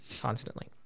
constantly